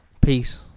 Peace